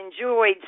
enjoyed